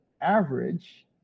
average